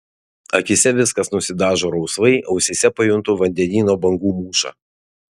akyse viskas nusidažo rausvai ausyse pajuntu vandenyno bangų mūšą